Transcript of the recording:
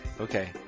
Okay